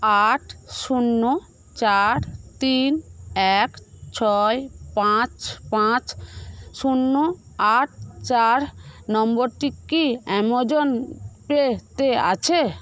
আট শূন্য চার তিন এক ছয় পাঁচ পাঁচ শূন্য আট চার নম্বরটি কি আ্যমাজন পে তে আছে